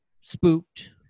spooked